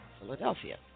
Philadelphia